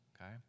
Okay